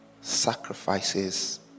sacrifices